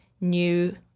new